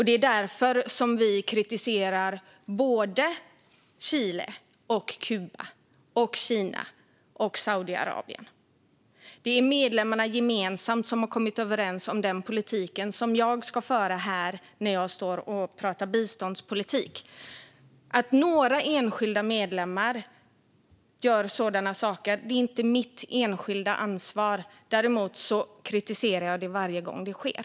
Det är därför vi kritiserar Chile, Kuba, Kina och Saudiarabien. Det är medlemmarna gemensamt som har kommit överens om den politik som jag ska föra här när jag pratar biståndspolitik. Att några enskilda medlemmar gör sådana saker är inte mitt enskilda ansvar. Däremot kritiserar jag det varje gång det sker.